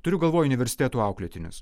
turiu galvoj universitetų auklėtinius